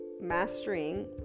mastering